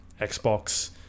Xbox